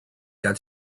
that